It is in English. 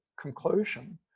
conclusion